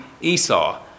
Esau